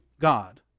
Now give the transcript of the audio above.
god